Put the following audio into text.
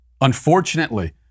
unfortunately